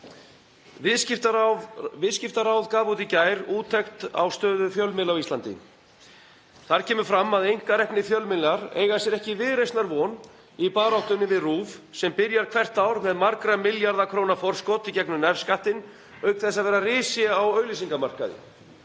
Viðskiptaráð gaf í gær út úttekt á stöðu fjölmiðla á Íslandi. Þar kemur fram að einkareknir fjölmiðlar eiga sér ekki viðreisnarvon í baráttunni við RÚV sem byrjar hvert ár með margra milljarða króna forskot í gegnum nefskattinn, auk þess að vera risi á auglýsingamarkaði.